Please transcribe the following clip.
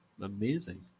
amazing